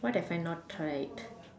what have I not tried